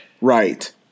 Right